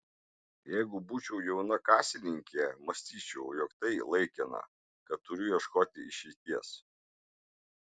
jeigu būčiau jauna kasininkė mąstyčiau jog tai laikina kad turiu ieškoti išeities